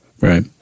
right